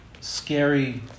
scary